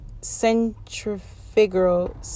centrifugal